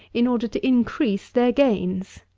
in order to increase their gains!